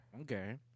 Okay